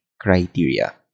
criteria